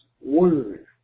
word